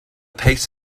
pace